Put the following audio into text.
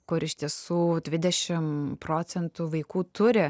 kur iš tiesų dvidešim procentų vaikų turi